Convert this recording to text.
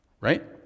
Right